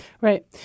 Right